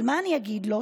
אבל מה אני אגיד לו?